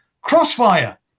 crossfire